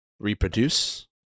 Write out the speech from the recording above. reproduce